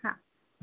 हां